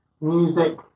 music